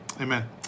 Amen